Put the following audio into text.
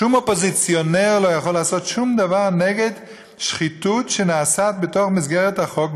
שום אופוזיציונר לא יכול לעשות שום דבר נגד שחיתות שנעשית במסגרת החוק,